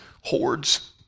hordes